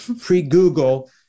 pre-Google